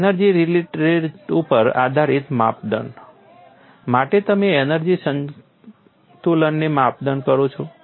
energy release rate ઉપર આધારિત માપદંડ માટે તમે એનર્જી સંતુલનનો માપદંડ કરો છો